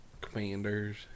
commanders